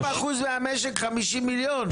50% מהמשק, 50 מיליון ₪?